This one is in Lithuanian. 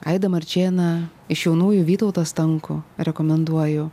aidą marčėną iš jaunųjų vytautą stankų rekomenduoju